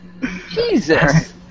Jesus